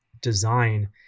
design